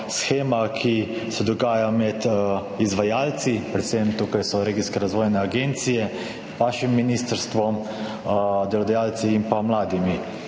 ki se dogaja med izvajalci, predvsem so to regijske razvojne agencije, vaše ministrstvo, delodajalci in pa mladimi.